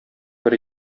бер